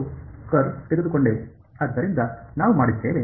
ನಾವು ಕರ್ಲ್ ತೆಗೆದುಕೊಂಡೆವು ಆದ್ದರಿಂದ ನಾವು ಮಾಡಿದ್ದೇವೆ